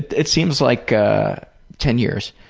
it seems like ten years.